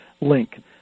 link